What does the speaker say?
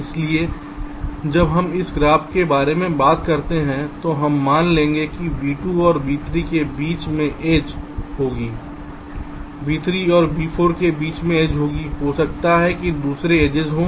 इसलिए जब हम एक ग्राफ के बारे में बात करते हैं तो हम मान लेंगे कि v2 और v3 के बीच में एज होगी v3 और v4 के बीच एक एज है हो सकता है कि दूसरे एड्जेस हों